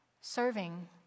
Serving